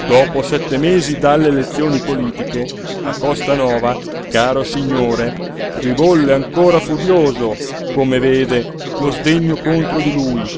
dopo sette mesi dalle elezioni politiche a costanova caro signore ribolle ancora furioso come vede lo sdegno contro di lui